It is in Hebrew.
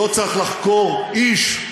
לא צריך לחקור איש,